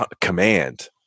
command